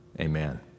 Amen